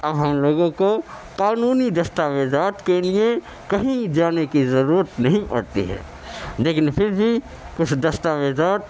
اب ہم لوگوں کو قانونی دستاویزات کے لئے کہیں جانے کی ضرورت نہیں پڑتی ہے لیکن پھر بھی کچھ دستاویزات